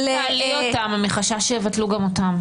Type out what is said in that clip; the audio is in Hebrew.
אל תעלי אותן, מחשש שיבטלו גם אותן.